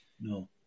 No